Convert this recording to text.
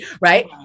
right